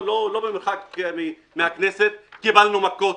במרחק קצר מן הכנסת, קיבלנו מכות,